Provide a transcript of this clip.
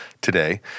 today